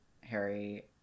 Harry